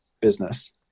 business